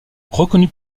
reconnu